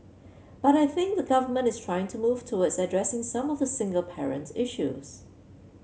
but I think the government is trying to move towards addressing some of the single parent issues